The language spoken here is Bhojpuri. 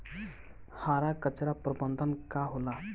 हरा चारा प्रबंधन का होला?